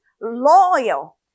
loyal